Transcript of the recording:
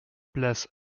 place